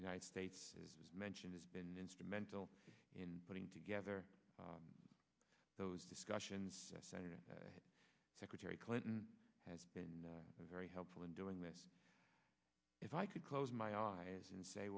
united states has mentioned has been instrumental in putting together those discussions senator secretary clinton has been very helpful in doing this if i could close my eyes and say